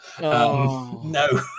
No